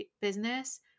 business